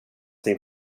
sig